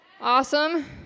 Awesome